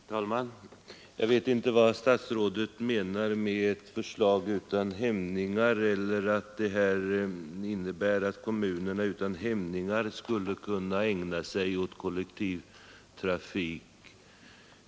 Herr talman! Jag vet inte om statsrådet med ”ett förslag utan hämningar” menar att kommunerna utan hämningar skulle kunna ägna sig åt kollektivtrafik.